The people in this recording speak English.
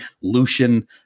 Lucian